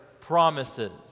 promises